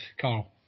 Carl